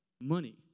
money